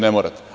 Ne morate.